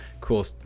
cool